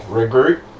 regroup